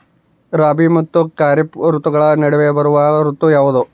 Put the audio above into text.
ರಾಬಿ ಮತ್ತು ಖಾರೇಫ್ ಋತುಗಳ ನಡುವೆ ಬರುವ ಋತು ಯಾವುದು?